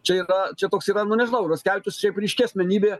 čia yra čia toks yra nu nežinau raskevičius šiaip ryški asmenybė